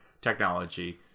technology